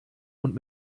und